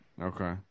Okay